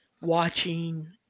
watching